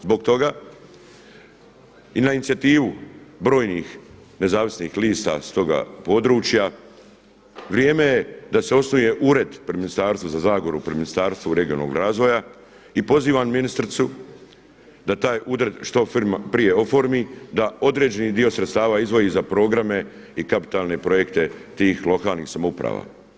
Zbog toga i na inicijativu brojnih nezavisnih lista s toga područja, vrijeme je da se osnuje ured pri Ministarstvu za zagoru, pri Ministarstvu regionalnog razvoja i pozivam ministricu da taj ured što prije oformi, da određeni dio sredstava izdvoji za programe i kapitalne projekte tih lokalnih samouprava.